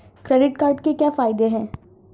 Credit card के क्या फायदे हैं?